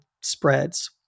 spreads